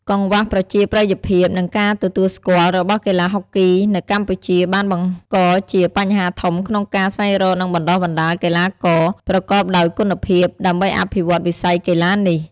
កង្វះប្រជាប្រិយភាព និងការទទួលស្គាល់ របស់កីឡាហុកគីនៅកម្ពុជាបានបង្កជា បញ្ហាធំ ក្នុងការ ស្វែងរកនិងបណ្ដុះបណ្ដាលកីឡាករ ប្រកបដោយគុណភាព ដើម្បីអភិវឌ្ឍវិស័យកីឡានេះ។